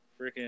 freaking